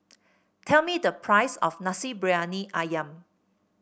tell me the price of Nasi Briyani ayam